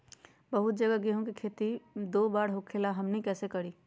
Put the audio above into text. बहुत जगह गेंहू के खेती दो बार होखेला हमनी कैसे करी?